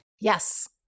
Yes